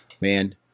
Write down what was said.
man